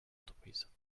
entreprises